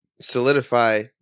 solidify